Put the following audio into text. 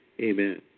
amen